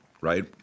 right